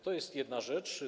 To jest jedna rzecz.